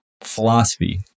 philosophy